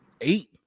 eight